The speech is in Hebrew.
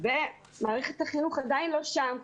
ומערכת החינוך עדיין לא שם.